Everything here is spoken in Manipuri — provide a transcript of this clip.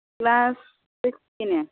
ꯀ꯭ꯂꯥꯁ ꯁꯤꯛꯁꯀꯤꯅꯦ